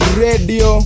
radio